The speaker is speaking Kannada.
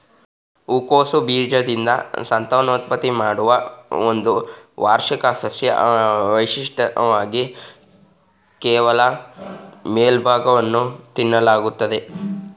ಹೂಕೋಸು ಬೀಜದಿಂದ ಸಂತಾನೋತ್ಪತ್ತಿ ಮಾಡುವ ಒಂದು ವಾರ್ಷಿಕ ಸಸ್ಯ ವಿಶಿಷ್ಟವಾಗಿ ಕೇವಲ ಮೇಲ್ಭಾಗವನ್ನು ತಿನ್ನಲಾಗ್ತದೆ